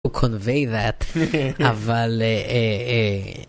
‏convey that.